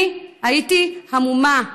אני הייתי המומה.